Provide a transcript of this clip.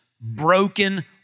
broken